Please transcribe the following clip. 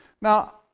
Now